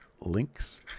links